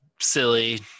silly